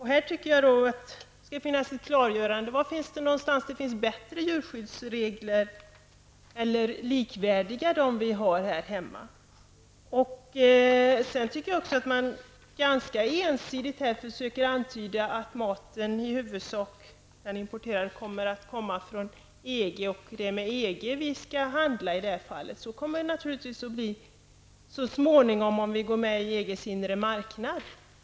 Här tycker jag att det skall finnas ett klargörande: Var finns det djurskyddsregler som är bättre än eller likvärdiga med dem vi har här hemma? Sedan anser jag också att man ganska ensidigt här försöker antyda att maten, i huvudsak den importerade, kommer att komma från EG. Det är med EG vi skall handla i det här fallet. Så kommer det naturligtvis att bli så småningom, om vi går med i EGs inre marknad.